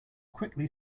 quickly